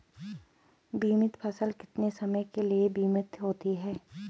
बीमित फसल कितने समय के लिए बीमित होती है?